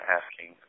asking